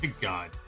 God